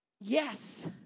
yes